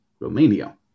romania